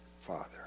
Father